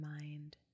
mind